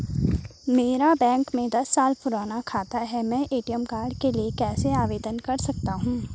मेरा बैंक में दस साल पुराना खाता है मैं ए.टी.एम कार्ड के लिए कैसे आवेदन कर सकता हूँ?